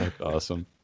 awesome